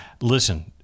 Listen